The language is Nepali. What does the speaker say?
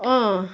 अँ